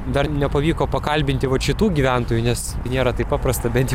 dar nepavyko pakalbinti vat šitų gyventojų nes nėra taip paprasta bent jau